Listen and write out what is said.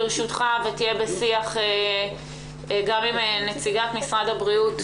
אני מבקשת שתהיה בשיח עם נציגת משרד הבריאות,